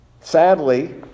Sadly